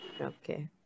Okay